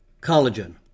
collagen